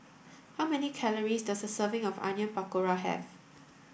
how many calories does a serving of Onion Pakora have